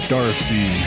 Darcy